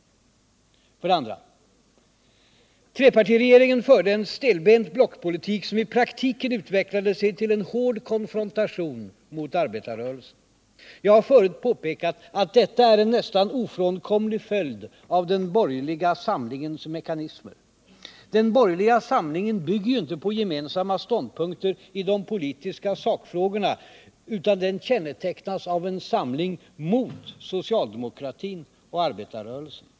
För det andra: Trepartiregeringen förde en stelbent blockpolitik som i praktiken utvecklade sig till en hård konfrontation mot arbetarrörelsen. Jag har förut påpekat att detta är en nästan ofrånkomlig följd av den borgerliga samlingens mekanismer. Den borgerliga samlingen bygger ju inte på gemensamma ståndpunkter i de politiska sakfrågorna, utan den kännetecknas av en samling mot socialdemokratin och arbetarrörelsen.